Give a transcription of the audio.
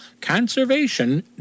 conservation